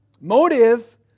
motive